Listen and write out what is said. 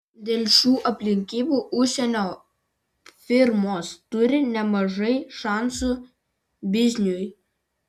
dėl šių aplinkybių užsienio firmos turi nemažai šansų bizniui